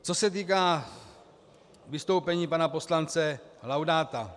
Co se týká vystoupení pana poslance Laudáta.